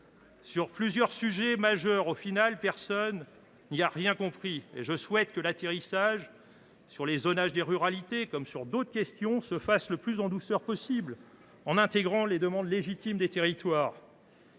Sur plusieurs sujets majeurs, au final, personne n’y a rien compris. Je souhaite que l’atterrissage sur les zonages des ruralités, comme sur d’autres questions, se fasse le plus en douceur possible en intégrant les demandes légitimes des territoires.